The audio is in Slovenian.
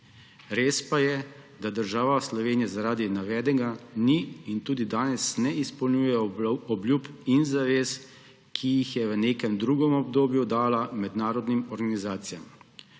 Res pa je, da država Slovenija zaradi navedenega ni in tudi danes ne izpolnjuje obljub in zavez, ki jih je v nekem drugem obdobju dala mednarodnim organizacijam.